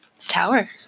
Tower